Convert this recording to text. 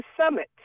Summit